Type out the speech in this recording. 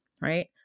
Right